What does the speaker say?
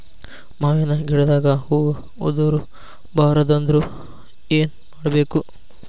ಮಾವಿನ ಗಿಡದಾಗ ಹೂವು ಉದುರು ಬಾರದಂದ್ರ ಏನು ಮಾಡಬೇಕು?